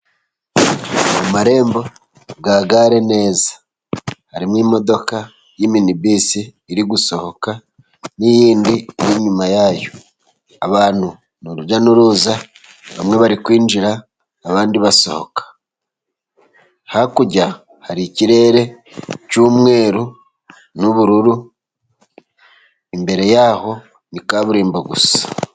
Mu marembo ya gare neza, harimo imodoka ya minibisi iri gusohoka n'iyindi iri inyuma yayo, abantu ni urujya n'uruza bamwe bari kwinjira, abandi basohoka, hakurya hari ikirere cy'umweru n'ubururu, imbere yaho ni kaburimbo gusa.